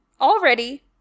already